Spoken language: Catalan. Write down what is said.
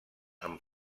amb